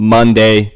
Monday